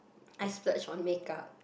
I splurge on makeup